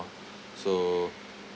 so